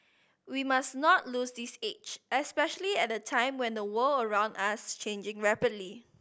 we must not lose this edge especially at a time when the world around us is changing rapidly